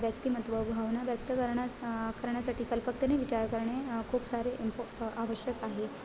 व्यक्तिमत्व भावना व्यक्त करण्या करण्यासाठी कल्पकतेने विचार करणे खूप सारे इम्पॉ आवश्यक आहे